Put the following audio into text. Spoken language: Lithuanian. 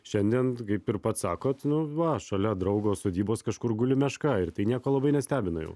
šiandien kaip ir pats sakot nu va šalia draugo sodybos kažkur guli meška ir tai nieko labai nestebina jau